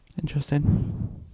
Interesting